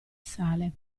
sale